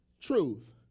truth